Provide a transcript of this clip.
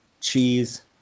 Cheese